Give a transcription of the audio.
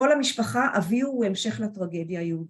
כל המשפחה, אבי הוא המשך לטרגדיה יהודית.